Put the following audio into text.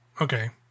okay